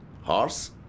Horse